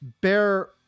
bear